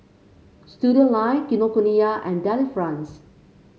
Studioline Kinokuniya and Delifrance